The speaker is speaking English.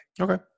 Okay